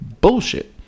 bullshit